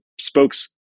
spokes